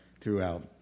throughout